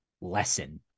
lesson